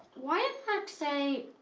why did mark say.